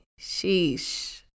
Sheesh